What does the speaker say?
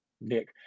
Nick